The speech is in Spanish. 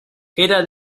era